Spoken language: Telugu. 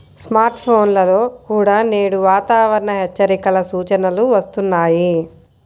స్మార్ట్ ఫోన్లలో కూడా నేడు వాతావరణ హెచ్చరికల సూచనలు వస్తున్నాయి